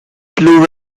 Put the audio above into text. ignorance